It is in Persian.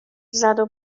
زدو